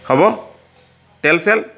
হ'ব তেল চেল